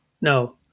No